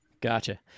Gotcha